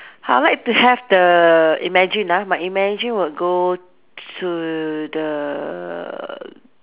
I would like to have the imagine ah my imagine will go to the